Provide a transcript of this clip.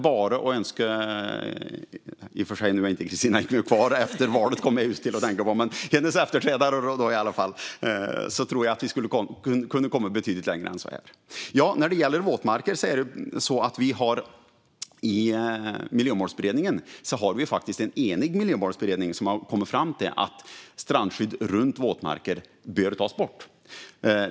Jag kom just att tänka på att Kristina Yngwe inte är kvar efter valet. Men jag tror att vi skulle kunna komma betydligt längre än så här med hennes efterträdare. När det gäller våtmarker har vi en enig miljömålsberedning som har kommit fram till att strandskyddet runt våtmarker bör tas bort.